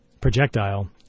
projectile